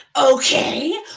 okay